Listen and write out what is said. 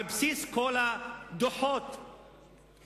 על בסיס כל הדוחות שהוכנו,